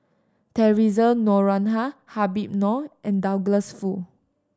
Theresa Noronha Habib Noh and Douglas Foo